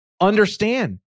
understand